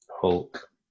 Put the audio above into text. Hulk